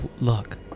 luck